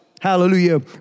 hallelujah